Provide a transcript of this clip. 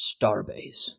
starbase